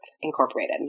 Incorporated